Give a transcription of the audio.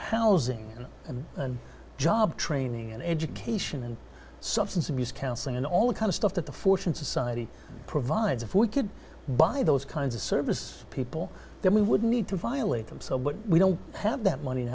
housing and job training and education and substance abuse counseling and all the kind of stuff that the fortune society provides if we could by those kinds of service people then we would need to violate them so but we don't have that money